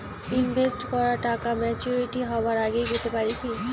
Invest করা টাকা maturity হবার আগেই পেতে পারি কি?